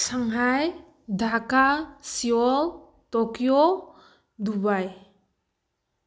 Shanghai Dhaka Seoul Tokyo Dubai